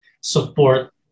support